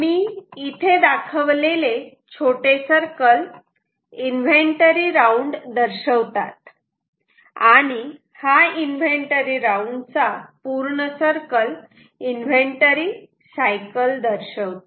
मी इथे दाखवलेले छोटे सर्कल इन्व्हेंटरी राऊंड दर्शवतात आणि हा इन्व्हेंटरी राऊंड चा पूर्ण सर्कल इन्व्हेंटरी सायकल दर्शवतो